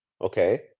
okay